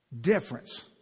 Difference